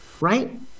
right